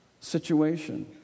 situation